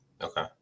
okay